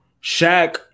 Shaq